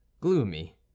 gloomy